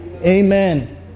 Amen